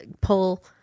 pull